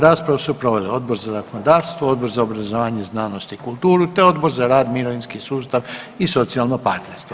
Raspravu su proveli Odbor za zakonodavstvo, Odbor za obrazovanje, znanost i kulturu te Odbor za rad, mirovinski sustav i socijalno partnerstvo.